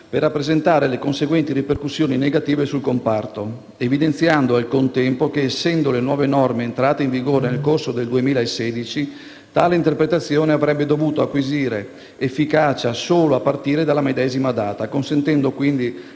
per rappresentare le conseguenti ripercussioni negative sul comparto, evidenziando al contempo che, essendo le nuove norme entrate in vigore nel corso del 2016, tale interpretazione avrebbe dovuto acquisire efficacia solo a partire dalla medesima data, consentendo quindi